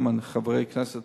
חברי הכנסת,